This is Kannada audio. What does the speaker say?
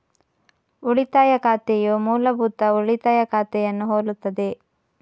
ಉಳಿತಾಯ ಖಾತೆಯು ಮೂಲಭೂತ ಉಳಿತಾಯ ಖಾತೆಯನ್ನು ಹೋಲುತ್ತದೆ